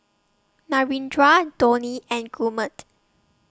Narendra Dhoni and Gurmeet